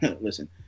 listen